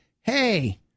Hey